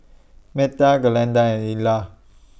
Metha Glenda and Illa